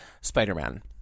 Spider-Man